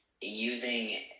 using